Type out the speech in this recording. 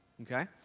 Okay